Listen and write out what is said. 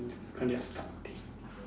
on their